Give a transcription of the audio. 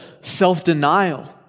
self-denial